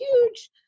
huge